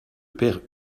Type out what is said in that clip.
père